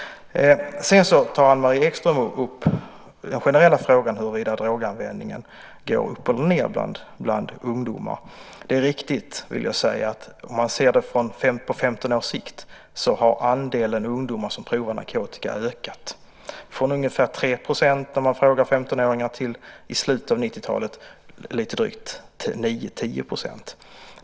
Sedan tar Anne-Marie Ekström upp den generella frågan om huruvida droganvändningen går upp eller ned bland ungdomar. Det är riktigt, vill jag säga, att om man ser det på 15 års sikt har andelen ungdomar som provar narkotika ökat från ungefär 3 % när man frågar 15-åringar till i slutet av 90-talet lite drygt 9-10 %.